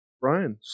brian